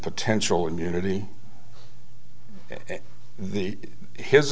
potential immunity the his